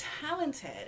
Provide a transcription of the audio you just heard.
talented